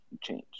change